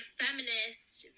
feminist